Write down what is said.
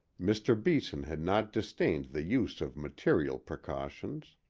mr. beeson had not disdained the use of material precautions.